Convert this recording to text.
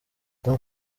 tom